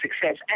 success